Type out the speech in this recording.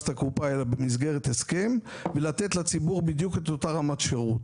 לקופה אלא במסגרת הסכם ולתת לציבור בדיוק את אותה רמת שירות.